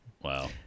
wow